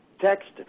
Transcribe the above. text